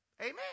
Amen